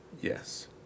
Yes